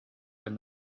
when